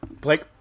Blake